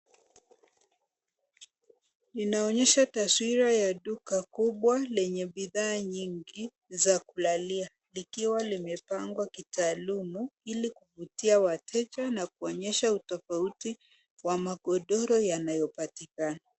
Ina onyesha taswira ya duka kubwa lenye bidhaa nyingi za kulalia likiwa kime pangwa kitaalumu ili kuvutia wateja na kuonyesha utofauti wa mogodoro yanayo patikana.